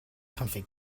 comfy